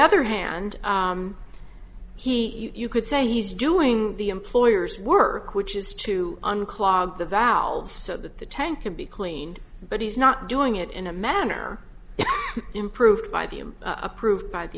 other hand he you could say he's doing the employer's work which is to unclog the valve so that the tank can be cleaned but he's not doing it in a manner improved by the him approved by the